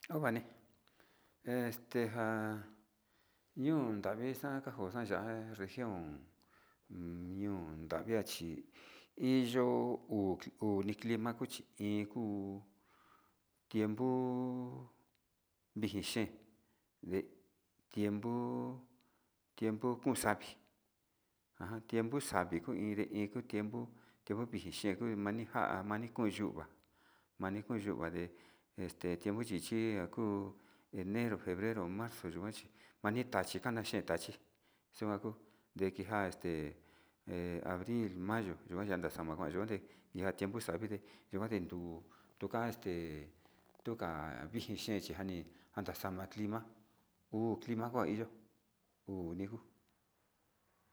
Ovani este nja'a ño'o savi kanjo xaya'a región ñio nravi achí iin yo'o uni clima kuchi iin kuu tiempo vinji xhen nde tiempo kon saví ajan tiempo savi kuu iin de iin tiempo savi ku kixhiyen kuu kinija kun kini kun yuu ni kon yuu yayey este tiempo vixhí ñaku enero, febrero, marzo nuachi yani tachi kana xe'eta chi xiunaku ndekinja este nde abril, mayo dekuen esta xamayo kuente ian tiempo xavide nama tindu tuka'a este ka'a vinji xhen tukani mndaxama clima uu clima koni yo'o uu niju.